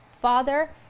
father